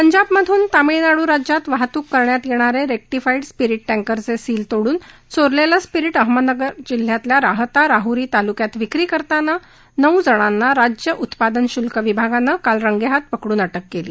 पंजाब मधून तामिळनाड् राज्यात वाहतूक करण्यात येणारे रेकटीफाईड स्पिरिट टँकरचे सील तोड्रन चोरलेलं स्पिरिट अहमदनगर जिल्ह्यातल्या राहाता राहुरी तालुक्यात विक्री करताना नऊ जणांना राज्य उत्पादन शुल्क विभागानं काल रंगेहात पकडून अटक केली